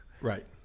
Right